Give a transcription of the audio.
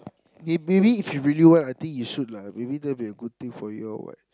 if maybe if you really work I think you should lah maybe that will be a good thing for you or what